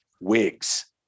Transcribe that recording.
wigs